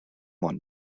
london